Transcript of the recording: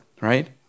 right